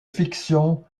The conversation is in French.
fiction